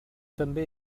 també